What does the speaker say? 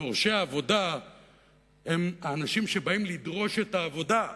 שדורשי עבודה הם האנשים שבאים לדרוש את העבודה.